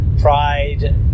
Pride